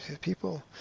People